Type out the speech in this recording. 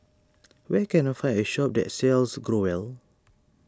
where can I find a shop that sells Growell